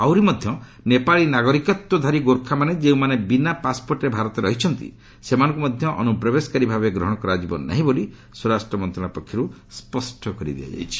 ଆହୁରି ମଧ୍ୟ ନେପାଳୀ ନାଗରିକତ୍ୱଧାରୀ ଗୋର୍ଖାମାନେ ଯେଉଁମାନେ ବିନା ପାସ୍ପୋର୍ଟରେ ଭାରତରେ ରହିଛନ୍ତି ସେମାନଙ୍କୁ ମଧ୍ୟ ଅନୁପ୍ରବେଶକାରୀ ଭାବେ ଗ୍ରହଣ କରାଯିବ ନାହିଁ ବୋଲି ସ୍ୱରାଷ୍ଟ୍ର ମନ୍ତ୍ରଣାଳୟ ପକ୍ଷରୁ ସ୍ୱଷ୍ଟ କରିଦିଆଯାଇଛି